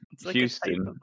houston